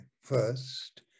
first